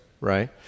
Right